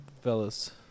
fellas